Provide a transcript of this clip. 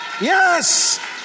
Yes